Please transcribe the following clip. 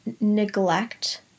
neglect